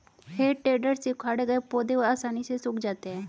हेइ टेडर से उखाड़े गए पौधे आसानी से सूख जाते हैं